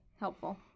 Helpful